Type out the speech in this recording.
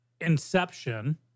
Inception